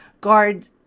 Guard